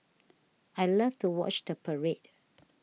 I love to watch the parade